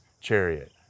chariot